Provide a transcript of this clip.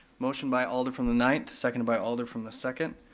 motion by alder from the ninth, second by alder from the second,